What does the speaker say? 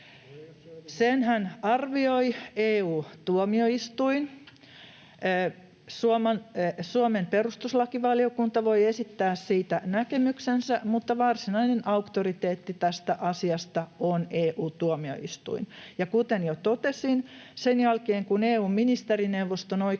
Senhän arvioi EU-tuomioistuin. Suomen perustuslakivaliokunta voi esittää siitä näkemyksensä, mutta varsinainen auktoriteetti tässä asiassa on EU-tuomioistuin. Ja kuten jo totesin, sen jälkeen kun EU:n ministerineuvoston oikeuspalvelu